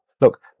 look